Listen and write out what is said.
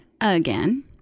again